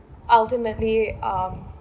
ultimately um